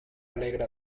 alegra